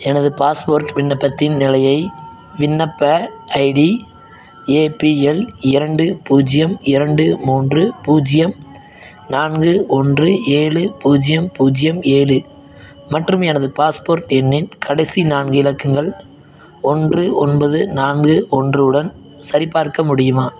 எனது பாஸ்போர்ட் விண்ணப்பத்தின் நிலையை விண்ணப்ப ஐடி ஏபிஎல் இரண்டு பூஜ்ஜியம் இரண்டு மூன்று பூஜ்ஜியம் நான்கு ஒன்று ஏழு பூஜ்ஜியம் பூஜ்ஜியம் ஏழு மற்றும் எனது பாஸ்போர்ட் எண்ணின் கடைசி நான்கு இலக்கங்கள் ஒன்று ஒன்பது நான்கு ஒன்று உடன் சரிபார்க்க முடியுமா